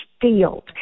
field